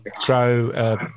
grow